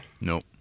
Nope